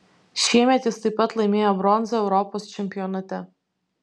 šiemet jis taip pat laimėjo bronzą europos čempionate